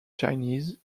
chinese